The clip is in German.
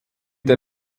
der